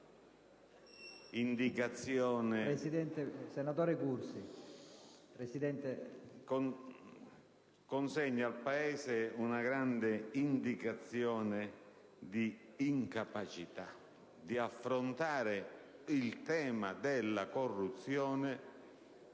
ma normale, ordinario) consegna al Paese una grande indicazione di incapacità di affrontare il tema della corruzione,